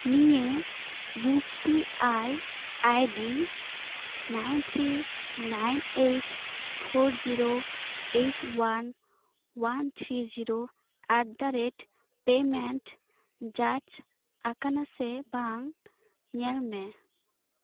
ᱱᱤᱭᱟᱹ U P I I D nine three nine eight four zero eight one one three zero at the rate payment ᱡᱟᱸᱡᱽ ᱟᱠᱟᱱᱟ ᱥᱮ ᱵᱟᱝ ᱧᱮᱞᱢᱮ